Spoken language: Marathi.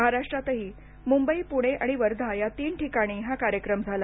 महाराष्ट्रातही मुंबई पुणे आणि वर्धा या तीन ठिकाणी हा कार्यक्रम झाला